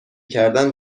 کردن